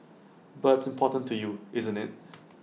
but it's important to you isn't IT